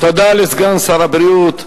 תודה לסגן שר הבריאות,